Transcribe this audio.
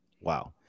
Wow